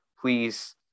please